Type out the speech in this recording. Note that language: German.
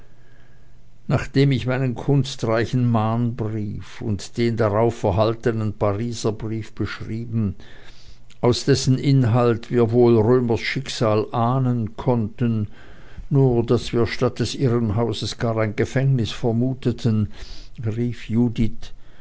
nachdem ich meinen kunstreichen mahnbrief und den darauf erhaltenen pariser brief beschrieben aus dessen inhalt wir wohl römers schicksal ahnen konnten nur daß wir statt des irrenhauses gar ein gefängnis vermuteten rief judith